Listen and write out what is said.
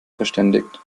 verständigt